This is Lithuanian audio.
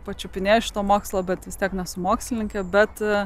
pačiupinėt šito mokslo bet vis tiek nesu mokslininkė bet